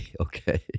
okay